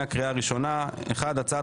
הצעת